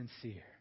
sincere